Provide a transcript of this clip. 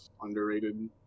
underrated